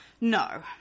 no